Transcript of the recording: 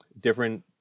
different